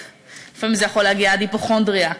לפעמים זה יכול להגיע עד היפוכונדריה,